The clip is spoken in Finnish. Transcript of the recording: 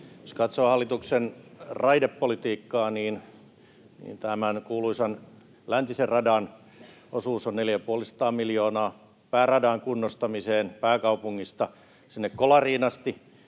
Jos katsoo hallituksen raidepolitiikkaa, niin tämän kuuluisan läntisen radan osuus on neljä ja puoli sataa miljoonaa, pääradan kunnostamiseen pääkaupungista sinne Kolariin asti